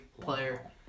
player